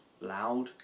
loud